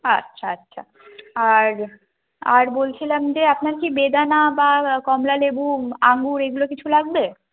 আচ্ছা আচ্ছা আর আর বলছিলাম যে আপনার কি বেদানা বা কমলালেবু আঙ্গুর এগুলো কিছু লাগবে